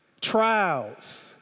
trials